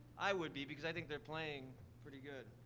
i would be, because i think they're playing pretty good,